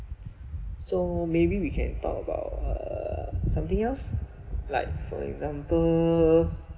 so maybe we can talk about uh something else like for example